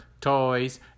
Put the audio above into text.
toys